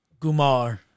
Gumar